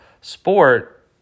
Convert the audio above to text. sport